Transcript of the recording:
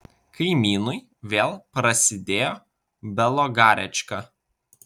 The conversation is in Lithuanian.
kaimynui vėl prasidėjo belogarečka